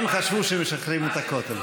הם חשבו שהם משחררים את הכותל.